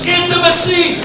intimacy